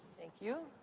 thank you.